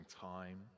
time